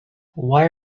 why